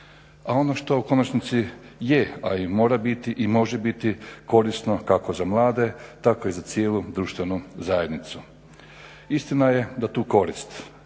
A ono što u konačnici je a i mora biti i može biti korisno kako za mlade tako i za cijelu društvenu zajednicu. Istina je da tu korist,